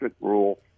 rule